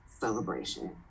celebration